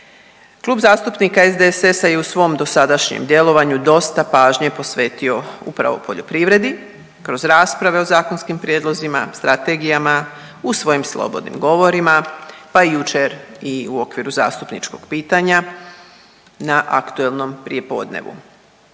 Klub zastupnika SDSS-a je u svom dosadašnjem djelovanju dosta pažnje posvetio upravo poljoprivredi kroz rasprave o zakonskim prijedlozima, strategijama, u svojim slobodnim govorima, pa jučer i u okviru zastupničkog pitanja na aktualnom prijepodnevu.